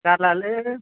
जारलालो